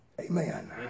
Amen